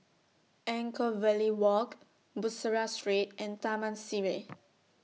Anchorvale Walk Bussorah Street and Taman Sireh